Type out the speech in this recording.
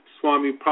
Swami